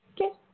Okay